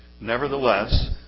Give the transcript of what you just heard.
Nevertheless